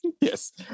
Yes